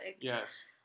Yes